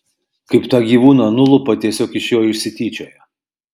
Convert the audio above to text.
kaip tą gyvūną nulupa tiesiog iš jo išsityčioja